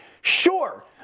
Sure